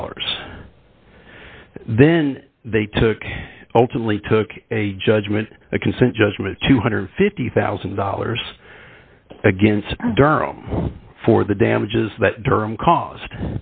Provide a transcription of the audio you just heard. dollars then they took all two only took a judgment a consent judgment two hundred and fifty thousand dollars against durham for the damages that term c